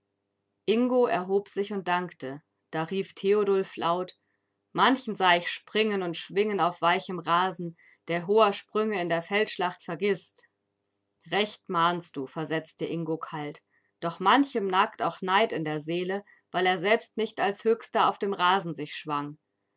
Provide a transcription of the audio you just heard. ingo erhob sich und dankte da rief theodulf laut manchen sah ich springen und schwingen auf weichem rasen der hoher sprünge in der feldschlacht vergißt recht mahnst du versetzte ingo kalt doch manchem nagt auch neid in der seele weil er selbst nicht als höchster auf dem rasen sich schwang